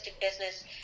business